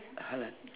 hold on